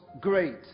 great